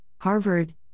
Harvard